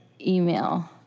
email